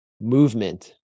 movement